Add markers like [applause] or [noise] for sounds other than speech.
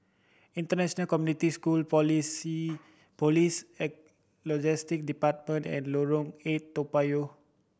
International Community School Policy Police [unintelligible] Logistic Department and Lorong Eight Toa Payoh